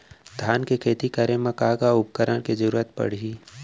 धान के खेती करे मा का का उपकरण के जरूरत पड़हि?